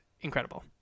incredible